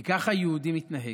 כי ככה יהודי מתנהג.